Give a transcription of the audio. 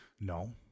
No